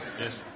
Yes